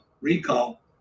recall